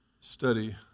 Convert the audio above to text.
study